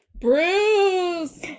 Bruce